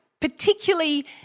particularly